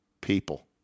people